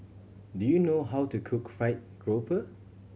do you know how to cook fried grouper